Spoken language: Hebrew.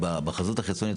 בחזות החיצונית,